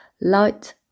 light